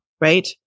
right